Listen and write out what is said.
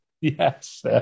Yes